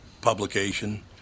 publication